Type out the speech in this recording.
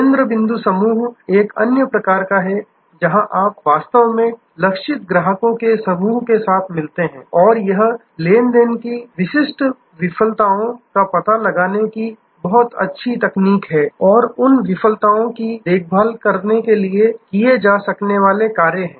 केंद्र बिंदु समूह एक अन्य प्रकार है जहां आप वास्तव में लक्षित ग्राहकों के समूह के साथ मिलते हैं और यह लेनदेन के विशिष्ट विफलताओं का पता लगाने की बहुत अच्छी तकनीक हैं और उन विफलताओं की देखभाल करने के लिए किए जा सकने वाले कार्य हैं